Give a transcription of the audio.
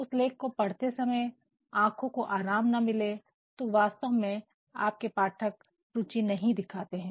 उस लेख को पढ़ते समय आंखों को आराम ना मिले तो वास्तव में आपके पाठक रुचि नहीं दिखाते हैं